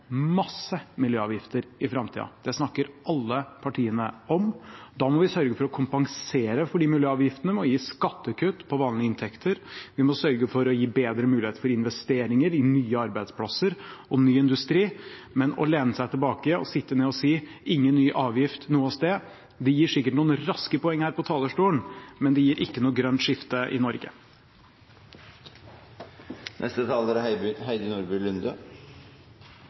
mange miljøavgifter i framtida, det snakker alle partiene om. Da må vi sørge for å kompensere for de miljøavgiftene ved å gi skattekutt på vanlige inntekter. Vi må sørge for å gi bedre mulighet for investeringer i nye arbeidsplasser og i ny industri. Å lene seg tilbake, sitte ned og si ingen ny avgift noe sted gir sikkert noen raske poenger her på talerstolen, men det gir ikke noe grønt skifte i Norge.